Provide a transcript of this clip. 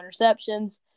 interceptions